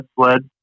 sled